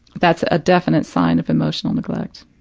that's a definite sign of emotional neglect.